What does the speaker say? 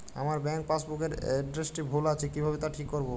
আমার bank passbook এর এড্রেসটি ভুল আছে কিভাবে তা ঠিক করবো?